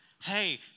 Hey